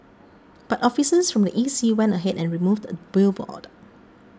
but officers from the E C went ahead and removed the billboard